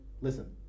Listen